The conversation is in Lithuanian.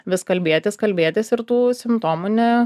vis kalbėtis kalbėtis ir tų simptomų ne